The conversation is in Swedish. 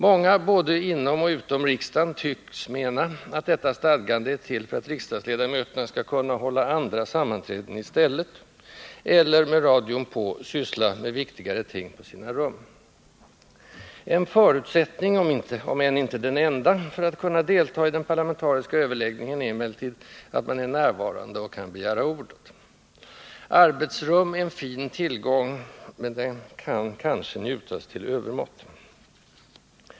Många, både inom och utom riksdagen, tycks mena att detta stadgande är till för att riksdagsledamöterna skall kunna hålla andra sammanträden i stället eller — med radion på — syssla med viktigare ting på sina rum. En förutsättning — om än inte den enda — för att kunna delta i den parlamentariska överläggningen är emellertid att man är närvarande och kan begära ordet. Arbetsrum är en fin tillgång, men kan kanske njutas till övermått.